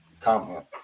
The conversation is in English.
comment